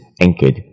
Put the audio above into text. anchored